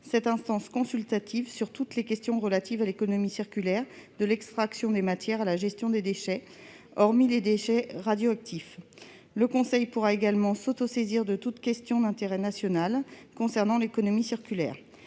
cette instance consultative sur toutes les questions relatives à l'économie circulaire, de l'extraction des matières à la gestion des déchets, hormis les déchets radioactifs. Le Conseil pourra également s'autosaisir de toute question d'intérêt national concernant l'économie circulaire.